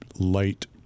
light